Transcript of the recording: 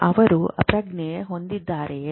ಅವರು ಪ್ರಜ್ಞೆ ಹೊಂದಿದ್ದಾರೆಯೇ